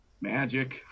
magic